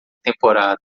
temporada